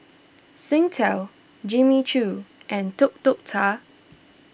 Singtel Jimmy Choo and Tuk Tuk Cha